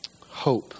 hope